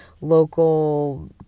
local